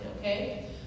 okay